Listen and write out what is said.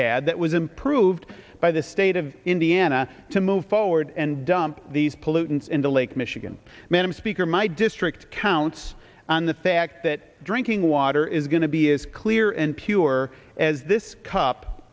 had that was improved by the state of indiana to move forward and dump these pollutants into lake michigan madam speaker my district counts on the fact that drinking water is going to be as clear and pure as this cup